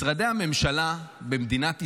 משרדי הממשלה במדינת ישראל,